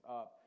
up